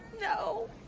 No